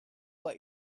what